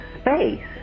space